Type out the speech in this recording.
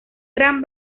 gran